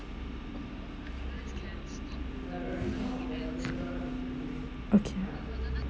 okay